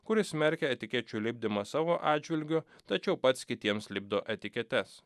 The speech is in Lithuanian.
kuris smerkia etikečių lipdymą savo atžvilgiu tačiau pats kitiems lipdo etiketes